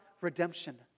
Redemption